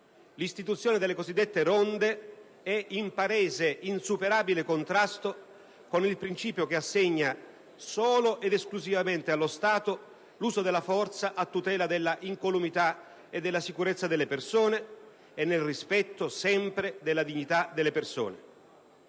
l'istituzione delle cosiddette ronde è in palese e insuperabile contrasto con il principio che assegna solo ed esclusivamente allo Stato l'uso della forza a tutela dell'incolumità e della sicurezza delle persone e sempre nel rispetto della dignità delle persone